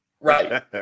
Right